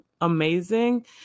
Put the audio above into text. amazing